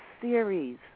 series